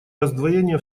раздвоение